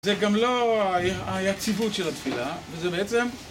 זה גם לא היציבות של התפילה, וזה בעצם...